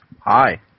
Hi